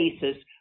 basis